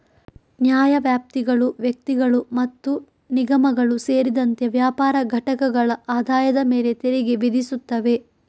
ನ್ಯಾಯವ್ಯಾಪ್ತಿಗಳು ವ್ಯಕ್ತಿಗಳು ಮತ್ತು ನಿಗಮಗಳು ಸೇರಿದಂತೆ ವ್ಯಾಪಾರ ಘಟಕಗಳ ಆದಾಯದ ಮೇಲೆ ತೆರಿಗೆ ವಿಧಿಸುತ್ತವೆ